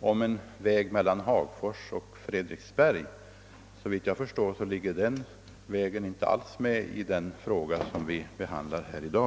om en väg mellan Hagfors och Fredriksberg. Såvitt jag förstår finns den vägen inte alls med i den fråga vi behandlar i dag.